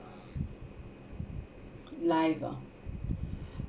life ah